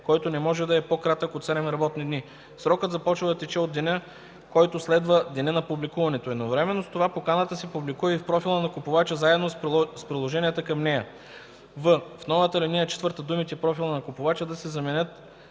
който не може да е по-кратък от 7 работни дни. Срокът започва да тече от деня, който следва деня на публикуването. Едновременно с това поканата се публикува и в профила на купувача, заедно с приложенията към нея.” в) В новата ал. 4 думите „профила на купувача” да се заменят